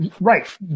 right